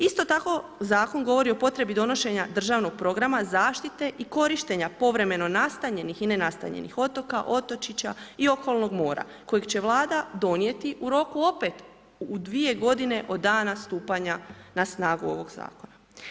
Isto tako, zakon govori o potrebi donošenja državnog programa zaštite i korištenja povremeno nastanjenih i nenastanjenih otoka, otočića i okolnog mora kojeg će Vlada donijeti u roku opet u dvije godine od dana stupanja na snagu ovog Zakona.